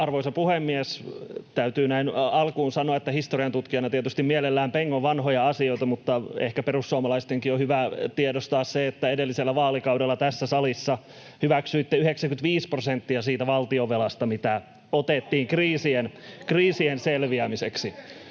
Arvoisa puhemies! Täytyy näin alkuun sanoa, että historiantutkijana tietysti mielelläni pengon vanhoja asioita, mutta ehkä perussuomalaistenkin on hyvä tiedostaa se, että edellisellä vaalikaudella tässä salissa hyväksyitte 95 prosenttia siitä valtionvelasta, mitä otettiin kriiseistä selviämiseksi.